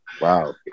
Wow